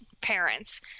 parents